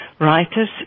writers